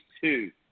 two